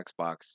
Xbox